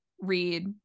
read